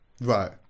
Right